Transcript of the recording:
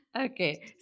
Okay